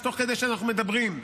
תוך כדי שאנחנו מדברים,